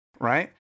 Right